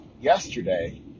yesterday